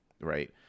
right